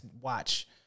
watch –